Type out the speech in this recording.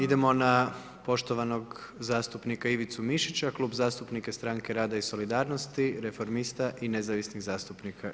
Idemo na poštovanog zastupnika Ivicu Mišića, Klub zastupnika Stranke rada i solidarnosti, reformista i Nezavisnih zastupnika.